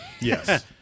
Yes